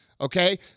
okay